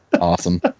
awesome